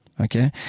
Okay